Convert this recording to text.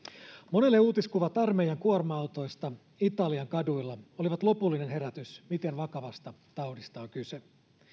monelle uutiskuvat armeijan kuorma autoista italian kaduilla olivat lopullinen herätys siihen miten vakavasta taudista on kyse